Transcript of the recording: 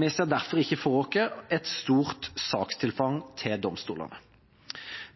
Vi ser derfor ikke for oss et stort sakstilfang til domstolene.